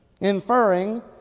inferring